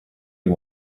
you